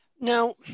Now